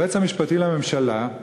היועץ המשפטי לממשלה,